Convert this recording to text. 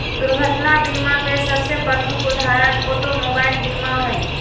दुर्घटना बीमा के सबसे प्रमुख उदाहरण ऑटोमोबाइल बीमा हइ